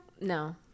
No